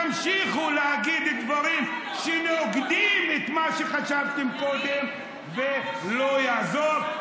תמשיכו להגיד דברים שנוגדים את מה שחשבתם קודם ולא יעזור,